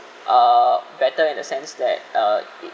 uh better in the sense that uh it